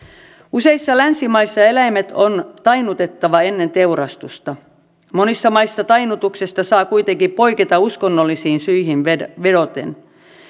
useissa länsimaissa eläimet on tainnutettava ennen teurastusta monissa maissa tainnutuksesta saa kuitenkin poiketa uskonnollisiin syihin vedoten vedoten